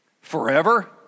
Forever